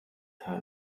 teil